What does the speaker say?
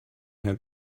her